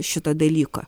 šito dalyko